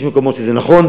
יש מקומות שזה נכון,